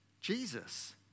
Jesus